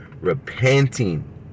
Repenting